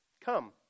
come